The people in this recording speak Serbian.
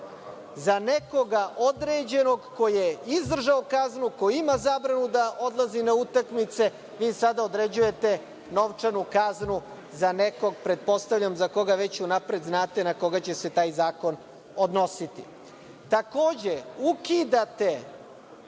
Za nekoga određenog koji je izdržao kaznu, koji ima zabranu da odlazi na utakmice. Vi sada određujete novčanu kaznu za nekog, pretpostavljam, za koga već unapred znate na koga će se taj zakon odnositi. Takođe, ukidate